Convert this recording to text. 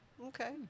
Okay